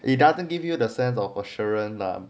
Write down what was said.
it doesn't give you the sense of assurance